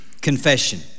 confession